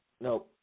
no